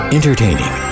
Entertaining